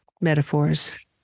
metaphors